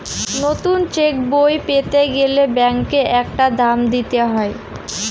নতুন চেকবই পেতে গেলে ব্যাঙ্কে একটা দাম দিতে হয়